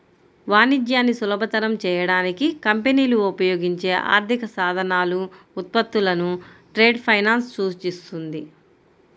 వాణిజ్యాన్ని సులభతరం చేయడానికి కంపెనీలు ఉపయోగించే ఆర్థిక సాధనాలు, ఉత్పత్తులను ట్రేడ్ ఫైనాన్స్ సూచిస్తుంది